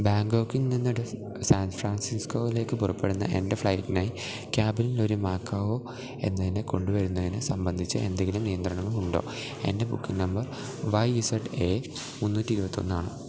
ബാങ്കോക്കിൽ നിന്ന് സാൻ ഫ്രാൻസിസ്കോയിലേക്ക് പുറപ്പെടുന്ന എൻ്റെ ഫ്ലൈറ്റിനായി കാബിനിൽ ഒരു മാക്കോവോ എന്നതിനെ കൊണ്ടുവരുന്നതിനെ സംബന്ധിച്ച് എന്തെങ്കിലും നിയന്ത്രണങ്ങളുണ്ടോ എൻ്റെ booking number Y Z A മുന്നൂറ്റി ഇരുപത്തൊന്ന് ആണ്